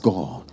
God